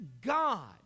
God